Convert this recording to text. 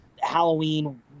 halloween